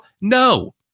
No